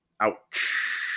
Ouch